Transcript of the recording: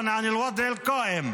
--- למצב הנוכחי,